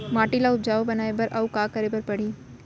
माटी ल उपजाऊ बनाए बर अऊ का करे बर परही?